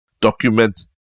document